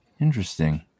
Interesting